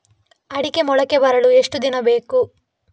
ಅಡಿಕೆ ಮೊಳಕೆ ಬರಲು ಎಷ್ಟು ದಿನ ಬೇಕು?